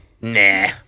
Nah